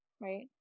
right